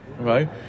right